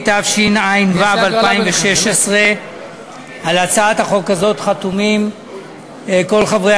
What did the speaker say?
התשע"ו 2016. על הצעת החוק הזאת חתומים כל חברי